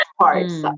parts